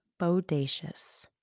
bodacious